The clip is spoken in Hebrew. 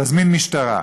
תזמין משטרה.